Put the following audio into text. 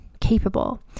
capable